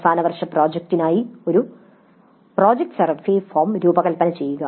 അവസാന വർഷ പ്രോജക്റ്റിനായി ഒരു പ്രോജക്റ്റ് സർവേ ഫോം രൂപകൽപ്പന ചെയ്യുക